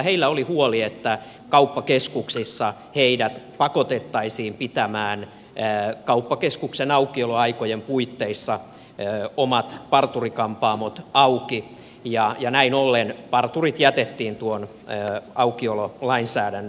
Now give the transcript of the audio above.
heillä oli huoli että kauppakeskuksissa heidät pakotettaisiin pitämään kauppakeskuksen aukioloaikojen puitteissa omat parturi kampaamot auki ja näin ollen parturit jätettiin tuon aukiololainsäädännön varaan